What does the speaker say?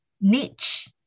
niche